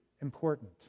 important